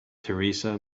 teresa